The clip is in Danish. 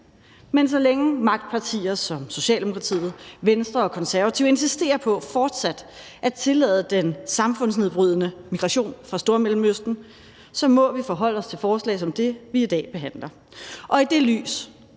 Men så længe magtpartier som Socialdemokratiet, Venstre og Konservative insisterer på fortsat at tillade den samfundsnedbrydende migration fra Stormellemøsten, må vi forholde os til forslag som det, vi i dag behandler. Og i det lys